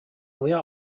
neuer